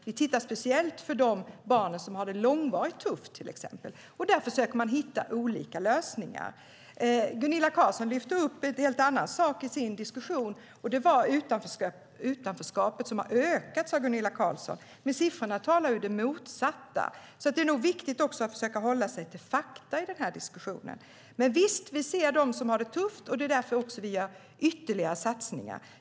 Vi tittar speciellt på till exempel de barn som har det långvarigt tufft. Där försöker man hitta olika lösningar. Gunilla Carlsson lyfte upp en helt annan sak i sin diskussion. Det var utanförskapet, som Gunilla Carlsson sade hade ökat. Men siffrorna talar ju om det motsatta. Det är nog viktigt att försöka hålla sig till fakta i den här diskussionen. Men visst ser vi dem som har det tufft, och det är också därför som vi gör ytterligare satsningar.